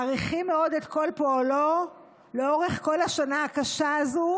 מעריכים מאוד את כל פועלו לאורך כל השנה הקשה הזו,